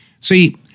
See